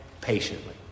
patiently